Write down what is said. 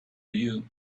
you